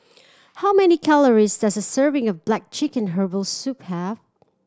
how many calories does a serving of black chicken herbal soup have